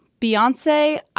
Beyonce